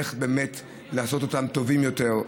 איך באמת לעשות אותן טובות יותר.